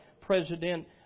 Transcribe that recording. President